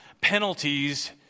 penalties